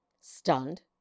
stunned